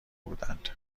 بودند